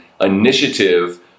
initiative